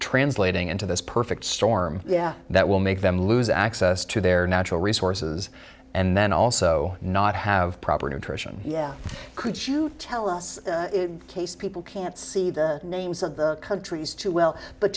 translating into this perfect storm yeah that will make them lose access to their natural resources and then also not have proper nutrition yeah could you tell us case people can't see the names of their countries too well but